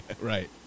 Right